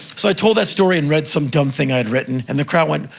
so i told that story and read some dumb thing i had written, and the crowd went,